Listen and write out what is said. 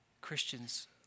Christians